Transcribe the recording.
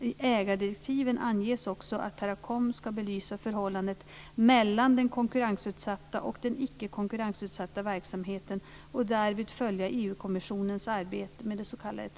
I ägardirektiven anges också att Teracom ska belysa förhållandet mellan den konkurrensutsatta och den icke konkurrensutsatta verksamheten och därvid följa EU